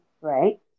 Right